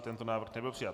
Tento návrh nebyl přijat.